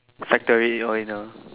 factory or in a